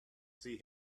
see